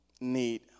need